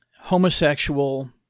homosexual